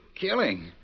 Killing